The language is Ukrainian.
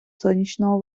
сонячного